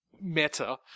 Meta